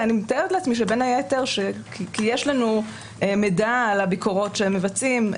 אני מתארת לעצמי שבין היתר כי יש לנו מידע על הביקורות שהם מבצעים.